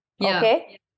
okay